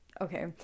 okay